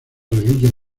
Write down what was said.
reliquias